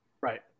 Right